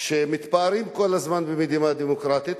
ומתפארים כל הזמן במדינה דמוקרטית,